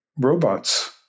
robots